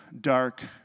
dark